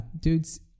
dudes